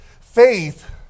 Faith